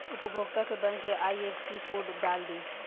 उपभोगता के बैंक के आइ.एफ.एस.सी कोड डाल दी